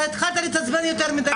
אתה התחלת להתעצבן יותר מדי מוקדם.